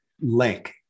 link